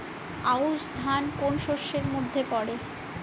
আউশ ধান কোন শস্যের মধ্যে পড়ে?